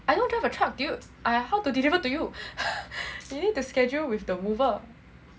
I don't drive a truck dude I how to deliver to you you need to schedule with the mover